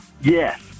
Yes